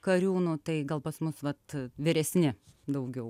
kariūnų tai gal pas mus vat vyresni daugiau